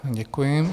Děkuji.